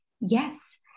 Yes